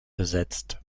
besetzt